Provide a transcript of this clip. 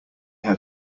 had